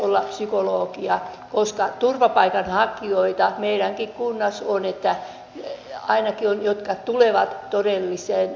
hallitus on myös päättänyt perustaa valtioneuvoston yhteyteen hallituksen esitysten vaikutusarviointeja arvioivan neuvoston